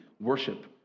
worship